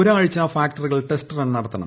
ഒരാഴ്ച ഫാക്ടറികൾ test run നടത്തണം